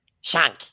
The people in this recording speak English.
Shank